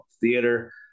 theater